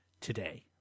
today